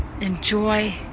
Enjoy